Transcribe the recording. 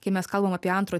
kai mes kalbam apie antro